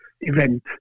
event